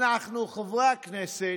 אנחנו, חברי הכנסת,